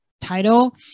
title